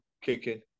kicking